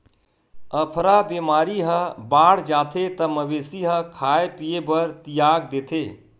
अफरा बेमारी ह बाड़ जाथे त मवेशी ह खाए पिए बर तियाग देथे